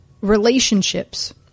relationships